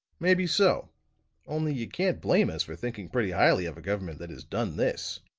maybe so only, you can't blame us for thinking pretty highly of a government that has done this.